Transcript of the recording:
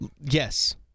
Yes